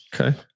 Okay